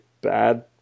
bad